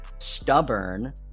stubborn